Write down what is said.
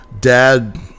Dad